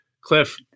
Cliff